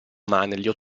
manlio